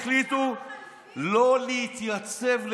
לא להתייצב לאימונים.